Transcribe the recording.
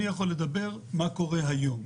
אני יכול לדבר על מה שקורה היום.